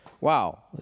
wow